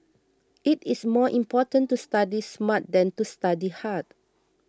it is more important to study smart than to study hard